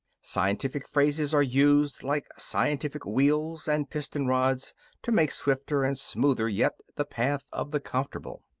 scientific phrases are used like scientific wheels and piston-rods to make swifter and smoother yet the path of the comfortable.